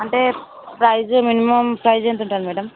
అంటే price minimum price ఎంత ఉంటుంది మ్యాడమ్